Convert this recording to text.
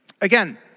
Again